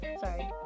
Sorry